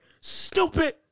Stupid